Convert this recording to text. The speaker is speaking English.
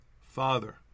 Father